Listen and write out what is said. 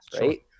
Right